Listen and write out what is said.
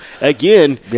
again